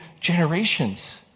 generations